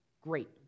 great